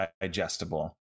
digestible